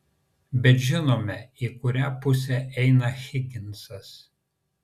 bet žinome į kurią pusę eina higinsas